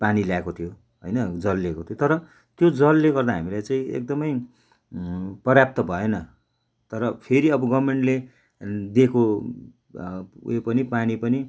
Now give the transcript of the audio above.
पानी ल्याएको थियो होइन जल ल्याएको थियो तर त्यो जलले गर्दा हामीलाई चाहिँ एकदमै पर्याप्त भएन तर फेरि अब गभर्मेन्टले दिएको उयो पनि पानी पनि